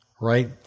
right